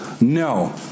No